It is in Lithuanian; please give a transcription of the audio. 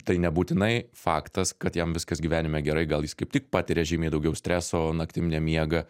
tai nebūtinai faktas kad jam viskas gyvenime gerai gal jis kaip tik patiria žymiai daugiau streso naktim nemiega